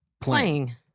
Playing